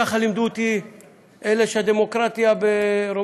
ככה לימדו אותי אלה שרוממות הדמוקרטיה בגרונם.